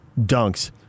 dunks